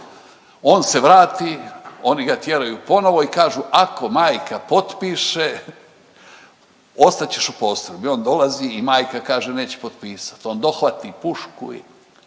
On se vrati, oni ga tjeraju ponovo i kažu ako majka potpiše ostat ćeš u postrojbi. On dolazi i majka kaže neće potpisati. On dohvati pušku i